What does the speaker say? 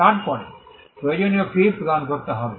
তারপরে প্রয়োজনীয় ফি প্রদান করতে হবে